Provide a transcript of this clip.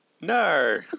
No